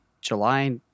July